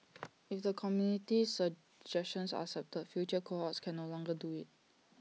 if the committee's suggestions are accepted future cohorts can no longer do IT